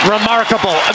Remarkable